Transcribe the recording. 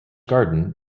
garden